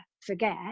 forget